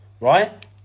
right